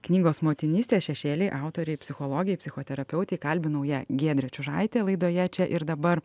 knygos motinystės šešėliai autorei psichologei psichoterapeutei kalbinau ją giedrė čiužaitė laidoje čia ir dabar